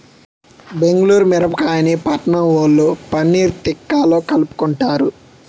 బెంగుళూరు మిరపకాయని పట్నంవొళ్ళు పన్నీర్ తిక్కాలో కలుపుకుంటారు